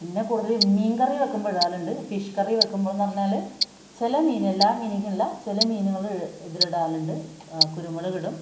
പിന്നെ കൂടുതൽ മീന്കറി വയ്ക്കുമ്പോൾ ഇടാറുണ്ട് ഫിഷ് കറി വയ്ക്കുമ്പോൾ എന്ന് പറഞ്ഞാൽ ചില മീൻ എല്ലാ മീനിനും അല്ല ചില മീനുകളില് ഇവിടെ ഇടാറുണ്ട് കുരുമുളക് ഇടും